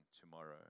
tomorrow